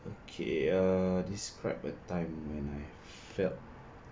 k uh describe a time when I felt